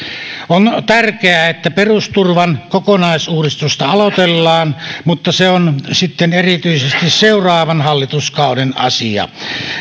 on tärkeää että perusturvan kokonaisuudistusta aloitellaan mutta se on sitten erityisesti seuraavan hallituskauden asia